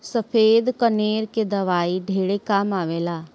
सफ़ेद कनेर के दवाई ढेरे काम आवेल